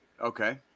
okay